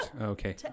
Okay